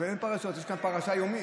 אין פרשות, יש כאן פרשה יומית,